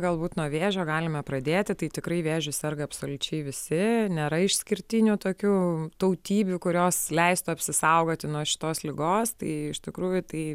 galbūt nuo vėžio galime pradėti tai tikrai vėžiu serga absoliučiai visi nėra išskirtinių tokių tautybių kurios leistų apsisaugoti nuo šitos ligos tai iš tikrųjų tai